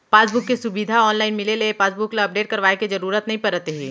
passbook के सुबिधा online मिले ले पासबुक ल अपडेट करवाए के जरूरत नइ परत हे